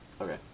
Okay